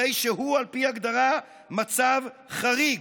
הרי שהוא, על פי הגדרה, מצב חריג,